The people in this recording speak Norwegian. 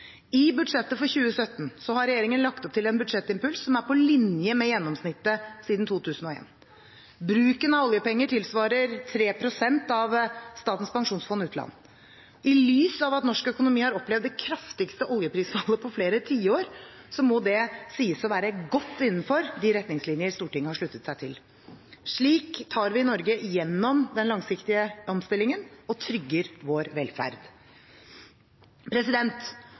I budsjettet for 2017 har regjeringen lagt opp til en budsjettimpuls som er på linje med gjennomsnittet siden 2001. Bruken av oljepenger tilsvarer 3 pst. av Statens pensjonsfond utland. I lys av at norsk økonomi har opplevd det kraftigste oljeprisfallet på flere tiår, må det sies å være godt innenfor de retningslinjer Stortinget har sluttet seg til. Slik tar vi Norge gjennom den langsiktige omstillingen og trygger vår velferd.